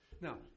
Now